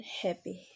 happy